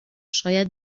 شاید